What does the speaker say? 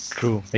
True